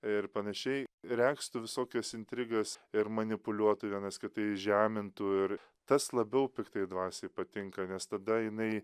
ir panašiai regztų visokias intrigas ir manipuliuotų vienas kitą įžemintų ir tas labiau piktai dvasiai patinka nes tada jinai